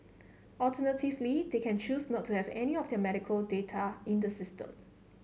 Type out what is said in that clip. alternatively they can choose not to have any of their medical data in the system